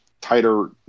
tighter